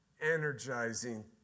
energizing